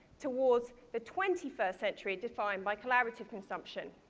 towards the twenty first century, defined by collaborative consumption.